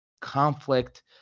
conflict